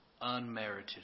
unmerited